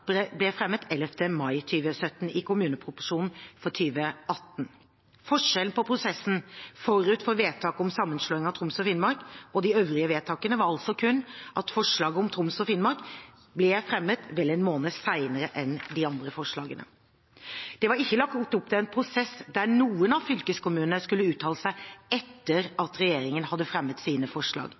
ble fremmet 11. mai 2017, i kommuneproposisjonen for 2018. Forskjellen på prosessen forut for vedtaket om sammenslåing av Troms og Finnmark og de øvrige vedtakene var altså kun at forslaget om Troms og Finnmark ble fremmet vel en måned senere enn de andre forslagene. Det var ikke lagt opp til en prosess der noen av fylkeskommunene skulle uttale seg etter at regjeringen hadde fremmet sine forslag.